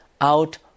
out